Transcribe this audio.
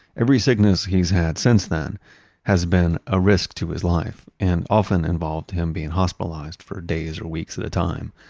every sickness he's had since then has been a risk to his life and often involved him being hospitalized for days or weeks at a time.